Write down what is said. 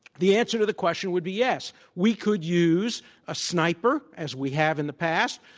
the answer to the question would be, yes. we could use a sniper as we have in the past.